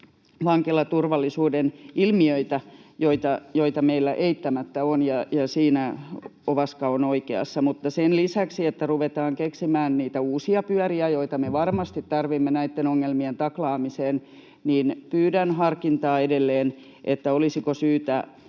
vankilaturvallisuuden ilmiöitä, joita meillä eittämättä on, ja siinä Ovaska on oikeassa. Mutta sen lisäksi, että ruvetaan keksimään niitä uusia pyöriä, joita me varmasti tarvitsemme näitten ongelmien taklaamiseen, pyydän harkintaa edelleen: olisiko syytä